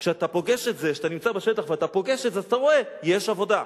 כשאתה נמצא בשטח ואתה פוגש את זה אז אתה רואה: יש עבודה,